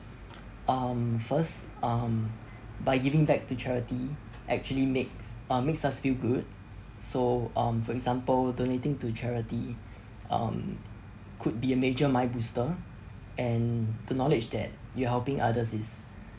um first um by giving back to charity actually makes uh makes us feel good so um for example donating to charity um could be a major mind booster and the knowledge that you're helping others is